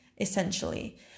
essentially